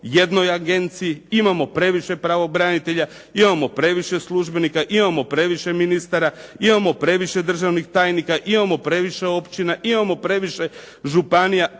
jednoj agenciji. Imamo previše pravobranitelja, imamo previše službenika, imamo previše ministara, imamo previše državnih tajnika, imamo previše općina, imamo previše županija,